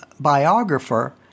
biographer